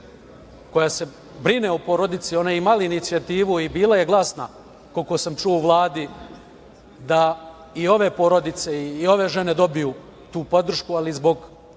koja se brine o porodici. Ona je imala inicijativu i bila je glasna, koliko sam čuo u Vladi, da i ove porodice i ove žene dobiju tu podršku, ali zbog